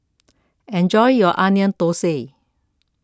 enjoy your Onion Thosai